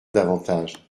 davantage